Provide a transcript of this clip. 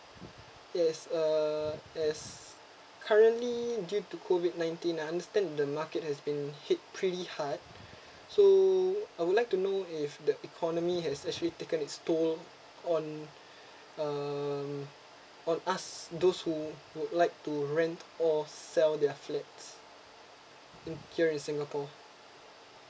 yes uh yes currently due to COVID nineteen I understand the market has been hit pretty hard so I would like to know if the economy has actually taken its toll on uh on us those who would like to rent or sell their flat here in singapore